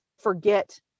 forget